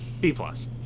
B-plus